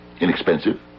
Inexpensive